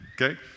Okay